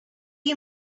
you